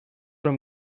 from